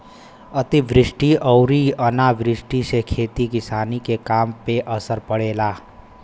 अतिवृष्टि अउरी अनावृष्टि से खेती किसानी के काम पे असर पड़ेला